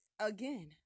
again